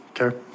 okay